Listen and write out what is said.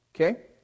okay